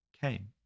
came